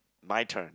my turn